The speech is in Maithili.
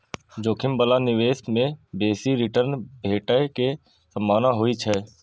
जोखिम बला निवेश मे बेसी रिटर्न भेटै के संभावना होइ छै